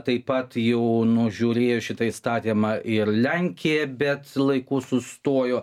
taip pat jau nužiūrėjo šitą įstatymą ir lenkija bet laiku sustojo